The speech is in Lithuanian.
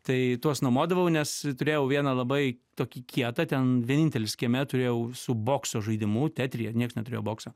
tai tuos numodavau nes turėjau vieną labai tokį kietą ten vienintelis kieme turėjau su bokso žaidimu tetryje nieks neturėjo bokso